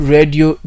Radio